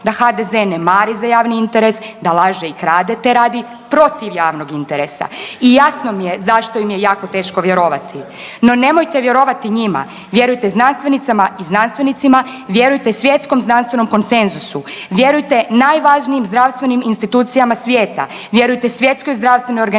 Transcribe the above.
da HDZ ne mari za javni interes, da laže i krade te radi protiv javnog interesa i jasno mi je zašto im je jako teško vjerovati. No nemojte vjerovati njima, vjerujte znanstvenicama i znanstvenicima, vjerujte svjetskom zdravstvenom konsenzusu, vjerujte najvažnijim zdravstvenim institucijama svijeta, vjerujte SZO-i, vjerujte liječnicama i